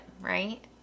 right